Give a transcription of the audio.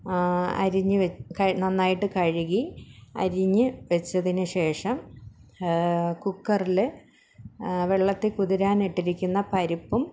അരിഞ്ഞുവെ ക നന്നായിട്ട് കഴുകി അരിഞ്ഞ് വെച്ചതിന് ശേഷം കുക്കറില് വെള്ളത്തിൽ കുതിരാനിട്ടിരിക്കുന്ന പരിപ്പും